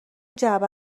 جعبه